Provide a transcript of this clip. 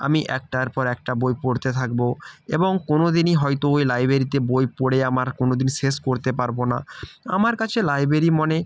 আমি একটার পর একটা বই পড়তে থাকবো এবং কোনো দিনই হয়তো ওই লাইব্রেরিতে বই পড়ে আমার কোনো দিন শেষ করতে পারবো না আমার কাছে লাইব্রেরি মনে